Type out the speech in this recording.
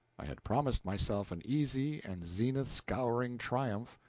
i had promised myself an easy and zenith-scouring triumph,